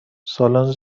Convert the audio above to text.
سالن